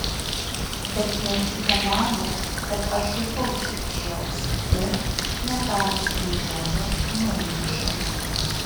bet mergytė mano kad aš šaipausi iš jos ir netarusi nė žodžio nueina šalin